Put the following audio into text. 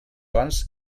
abans